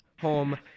home